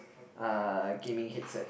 uh gaming headset